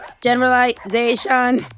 generalization